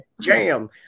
jam